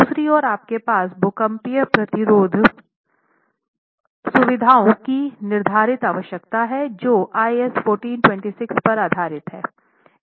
दूसरी ओर आपके पास भूकंपरोधी प्रतिरोधी सुविधाओं की निर्धारित आवश्यकताएं हैं जो IS 4326 पर आधारित है